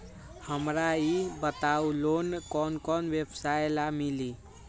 हमरा ई बताऊ लोन कौन कौन व्यवसाय ला मिली?